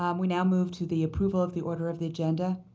um we now move to the approval of the order of the agenda.